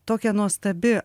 tokia nuostabi